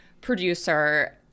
producer